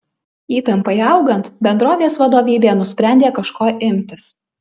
įtampai augant bendrovės vadovybė nusprendė kažko imtis